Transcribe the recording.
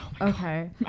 okay